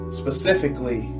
specifically